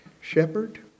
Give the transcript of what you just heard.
shepherd